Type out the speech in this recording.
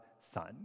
son